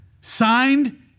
signed